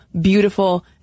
beautiful